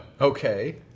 Okay